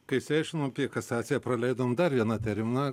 kai išsiaškinom apie kasaciją praleidom dar vieną terminą